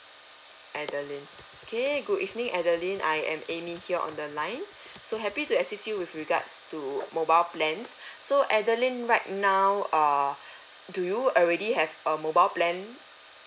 adeline okay good evening adeline I am amy here on the line so happy to assist you with regards to mobile plans so adeline right now err do you already have a mobile plan